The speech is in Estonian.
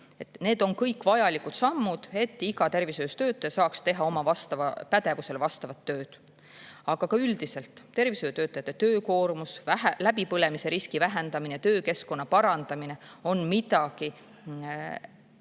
Need on kõik vajalikud sammud, et iga tervishoius töötaja saaks teha oma pädevusele vastavat tööd, aga ka üldiselt tervishoiutöötajate [mõistlik] töökoormus, läbipõlemise riski vähendamine, töökeskkonna parandamine on midagi,